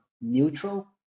neutral